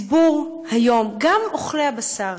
היום הציבור, גם אוכלי הבשר,